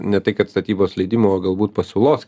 ne tai kad statybos leidimų o galbūt pasiūlos